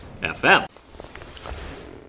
FM